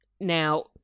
now